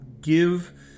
give